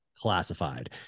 Classified